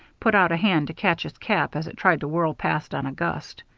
put out a hand to catch his cap as it tried to whirl past on a gust.